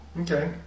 Okay